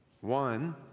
One